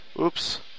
Oops